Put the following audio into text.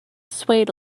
swayed